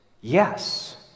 yes